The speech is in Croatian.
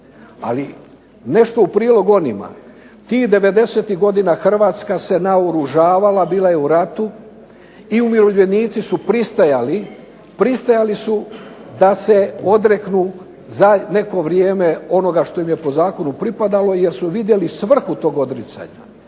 Ali, nešto u prilog onima. Tih '90-ih godina Hrvatska se naoružavala, bila je u ratu, i umirovljenici su pristajali da se odreknu za neko vrijeme onoga što im je po zakonu pripadalo jer su vidjeli svrhu tog odricanja.